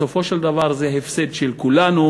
בסופו של דבר, זה הפסד של כולנו.